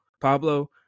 Pablo